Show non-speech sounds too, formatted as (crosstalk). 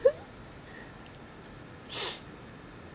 (laughs) (noise)